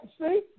See